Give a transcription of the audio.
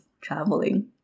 traveling